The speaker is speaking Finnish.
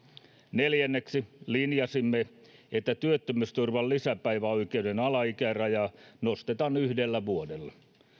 neljänneksi linjasimme että työttömyysturvan lisäpäiväoikeuden alaikärajaa nostetaan yhdellä vuodella